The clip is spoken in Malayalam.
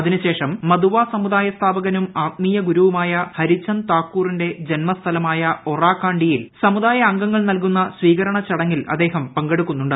അതിനുശേഷം മതുവാ സമുദായു ീസ്ഥാപകനും ആത്മീയ ഗുരുവുമായ ഹരിചന്ദ് താക്കൂറിന്റെ ജന്മസ്യ്ലമായ ഒറാക്കാണ്ടിയിൽ സമുദായാംഗങ്ങൾ നൽകുന്ന സ്പ്രീകരണ ചടങ്ങിൽ അദ്ദേഹം പങ്കെടുക്കുന്നുണ്ട്